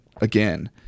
again